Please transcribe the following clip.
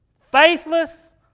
faithless